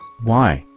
why,